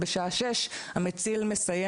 אבל בשעה שש המציל כבר מסיים